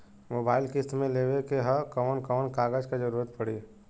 Mobile किस्त मे लेवे के ह कवन कवन कागज क जरुरत पड़ी?